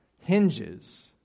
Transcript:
hinges